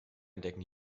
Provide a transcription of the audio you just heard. entdecken